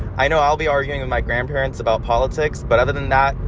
i know i'll be arguing with my grandparents about politics. but other than that,